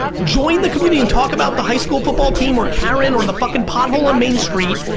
join the community, and talk about the highschool football team, or karen, or the fucking pothole on main street,